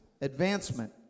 advancement